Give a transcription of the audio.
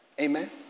Amen